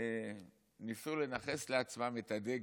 ניסו לנכס לעצמם את הדגל,